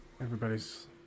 everybody's